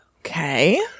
Okay